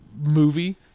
movie